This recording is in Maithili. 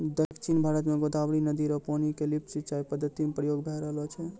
दक्षिण भारत म गोदावरी नदी र पानी क लिफ्ट सिंचाई पद्धति म प्रयोग भय रहलो छै